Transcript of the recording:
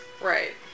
Right